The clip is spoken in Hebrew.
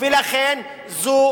ולכן זו